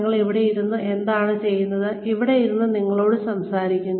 ഞങ്ങൾ ഇവിടെ ഇരുന്നു എന്താണ് ചെയ്യുന്നത് ഇവിടെ ഇരുന്നു നിങ്ങളോട് സംസാരിക്കുന്നു